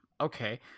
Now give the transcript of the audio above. okay